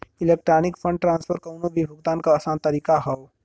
electronic fund transfer कउनो भी भुगतान क आसान तरीका हौ